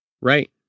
Right